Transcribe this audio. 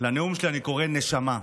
אני קורא "נשמה",